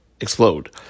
explode